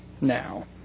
now